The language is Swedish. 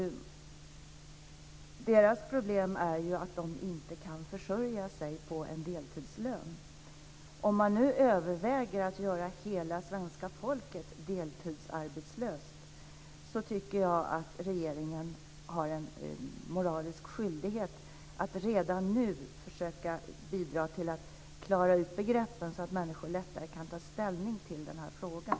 Deras problem är att de inte kan försörja sig på en deltidslön. Om man nu överväger att göra hela svenska folket deltidsarbetslöst tycker jag att regeringen har en moralisk skyldighet att redan nu försöka bidra till att klara ut begreppen så att människor lättare kan ta ställning till den här frågan.